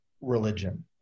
religion